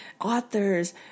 authors